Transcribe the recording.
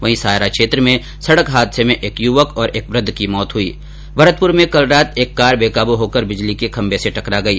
वही सायरा क्षेत्र में सड़क हादसे में एक युवक और एक वृद्ध की मौत हुई हैभरतपुर में कल रात एक कार बैकाबू होकर बिजली के खम्बे से टकरा गई